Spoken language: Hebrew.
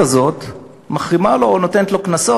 הזאת מחרימה לו אותה או נותנת לו קנסות,